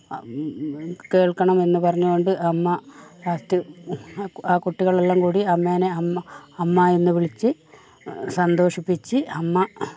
കേൾക്കണം എന്ന് പറഞ്ഞുകൊണ്ട് അമ്മ ലാസ്റ്റ് ആ കുട്ടികളെല്ലാം കൂടി അമ്മേനെ അമ്മ എന്ന് വിളിച്ച് സന്തോഷിപ്പിച്ച് അമ്മ